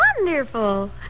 wonderful